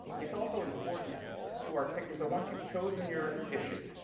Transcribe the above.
it's also important to our ticket so once you've chosen your issue,